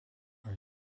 are